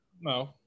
No